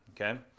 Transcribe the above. Okay